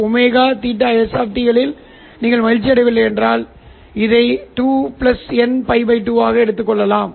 n x2π என sin2ωsT களில் நீங்கள் மகிழ்ச்சியடையவில்லை என்றால் இதை சில 2n 1 π 2 ஆக எடுத்துக் கொள்ளலாம்